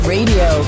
Radio